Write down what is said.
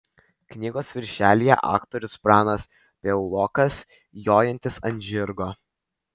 knygos viršelyje aktorius pranas piaulokas jojantis ant žirgo